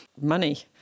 money